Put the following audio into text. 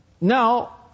Now